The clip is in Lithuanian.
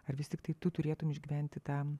ar vis tiktai tu turėtum išgyventi tą